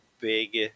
big